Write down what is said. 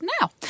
now